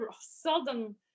seldom